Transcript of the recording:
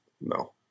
No